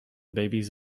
babies